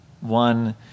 one